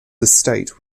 estate